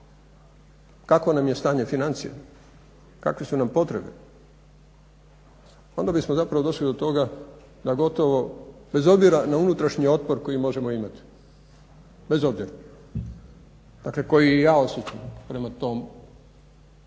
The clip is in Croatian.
kako nam je stanje financija, kakve su nam potrebe onda bismo zapravo došli do toga da gotovo bez obzira na unutrašnji otpor koji možemo imati, bez obzira dakle kao i ja osobno prema tom